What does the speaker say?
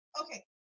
Okay